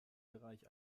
bereich